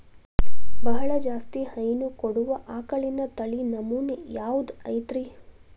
ಬಹಳ ಜಾಸ್ತಿ ಹೈನು ಕೊಡುವ ಆಕಳಿನ ತಳಿ ನಮೂನೆ ಯಾವ್ದ ಐತ್ರಿ?